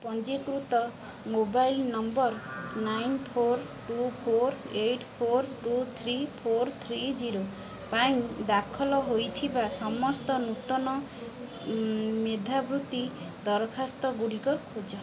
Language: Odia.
ପଞ୍ଜୀକୃତ mobile number nine four two four eight four two three four three zero ପାଇଁ ଦାଖଲ ହୋଇଥିବା ସମସ୍ତ ନୂତନ ମେଧାବୃତ୍ତି ଦରଖାସ୍ତ ଗୁଡ଼ିକ ଖୋଜ